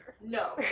No